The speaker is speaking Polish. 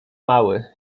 mały